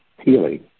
Healing